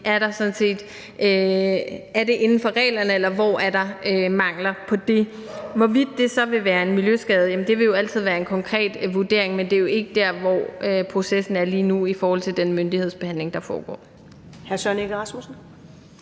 Er det inden for reglerne, eller hvor er der mangler på det? Hvorvidt det så vil være en miljøskade, vil jo altid være en konkret vurdering, men det er ikke der, processen er lige nu, i forhold til den myndighedsbehandling der foregår.